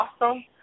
awesome